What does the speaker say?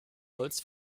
holz